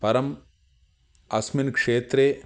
परम् अस्मिन् क्षेत्रे